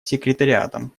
секретариатом